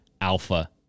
alpha